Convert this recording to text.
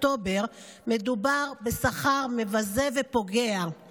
מדובר בשכר מבזה ופוגע במיוחד לאחר 7 באוקטובר.